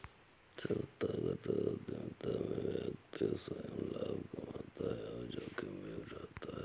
संस्थागत उधमिता में व्यक्ति स्वंय लाभ कमाता है और जोखिम भी उठाता है